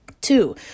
Two